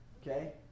Okay